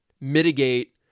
mitigate